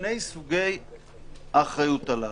שני סוגי האחריות הללו.